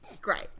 Great